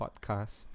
podcast